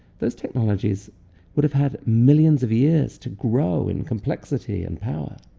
those technologies would have had millions of years to grow in complexity and power.